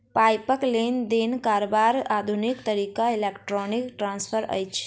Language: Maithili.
पाइक लेन देन करबाक आधुनिक तरीका इलेक्ट्रौनिक ट्रांस्फर अछि